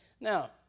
Now